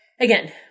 again